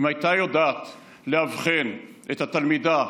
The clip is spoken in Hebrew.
אם היא הייתה יודעת לאבחן את התלמידה.